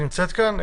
היא נמצאת כאן?